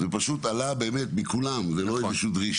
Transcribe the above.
זה דבר